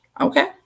okay